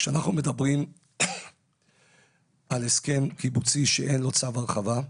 כשאנחנו מדברים על הסכם קיבוצי שאין לו צו הרחבה,